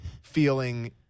feeling